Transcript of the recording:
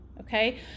Okay